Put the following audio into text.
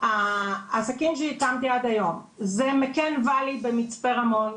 העסקים שהקמתי עד היום זה מקאן ואלי במצפה רימון,